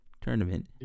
Tournament